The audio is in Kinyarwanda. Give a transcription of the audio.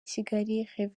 kigali